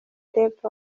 step